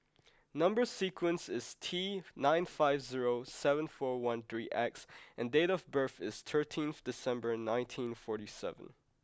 number sequence is T nine five zero seven four one three X and date of birth is thirteenth December nineteen forty seven